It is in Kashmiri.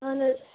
اہَن حظ